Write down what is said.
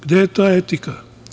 Gde je ta etika?